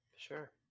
Sure